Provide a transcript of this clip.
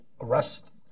arrest